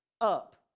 up